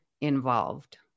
involved